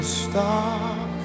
stop